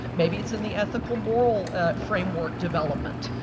maybe it's in the ethical, moral framework development.